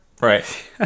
Right